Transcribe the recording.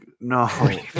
no